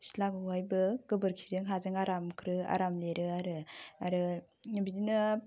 सिथ्लाखौहायबो गोबोरखिजों हाजों आराम आराम लिरो आरो आरो बिदिनो फुजा